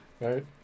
Right